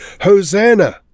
Hosanna